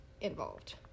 involved